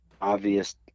obvious